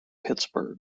pittsburgh